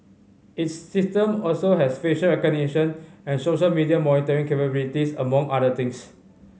its system also has facial recognition and social media monitoring capabilities among other things